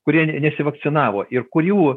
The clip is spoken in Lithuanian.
kurie nesivakcinavo ir kurių